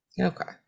Okay